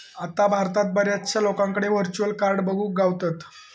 आता भारतात बऱ्याचशा लोकांकडे व्हर्चुअल कार्ड बघुक गावतत